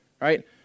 right